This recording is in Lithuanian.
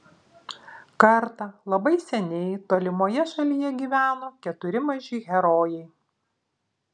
kartą labai seniai tolimoje šalyje gyveno keturi maži herojai